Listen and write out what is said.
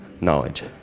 knowledge